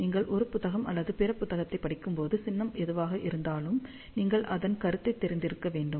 நீங்கள் ஒரு புத்தகம் அல்லது பிற புத்தகத்தைப் படிக்கும்போது சின்னம் எதுவாக இருந்தாலும் நீங்கள் அதன் கருத்தைத் தெரிந்திருக்க வேண்டும்